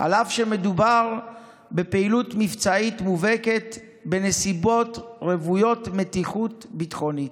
אף שמדובר בפעילות מבצעית מובהקת בנסיבות רוויות מתיחות ביטחונית.